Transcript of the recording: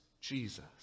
Jesus